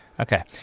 Okay